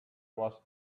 was